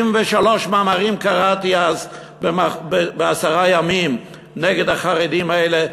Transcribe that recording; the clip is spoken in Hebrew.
73 מאמרים קראתי אז בעשרה ימים נגד החרדים האלה,